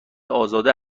ازاده